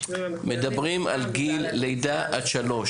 מדברים על גיל לידה עד שלוש.